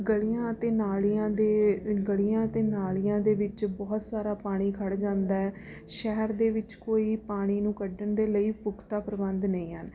ਗਲ਼ੀਆਂ ਅਤੇ ਨਾਲ਼ੀਆਂ ਦੇ ਗਲ਼ੀਆਂ ਅਤੇ ਨਾਲ਼ੀਆਂ ਦੇ ਵਿੱਚ ਬਹੁਤ ਸਾਰਾ ਪਾਣੀ ਖੜ੍ਹ ਜਾਂਦਾ ਹੈ ਸ਼ਹਿਰ ਦੇ ਵਿੱਚ ਕੋਈ ਪਾਣੀ ਨੂੰ ਕੱਢਣ ਦੇ ਲਈ ਪੁਖਤਾ ਪ੍ਰਬੰਧ ਨਹੀਂ ਹਨ